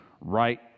right